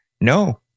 No